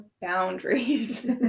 boundaries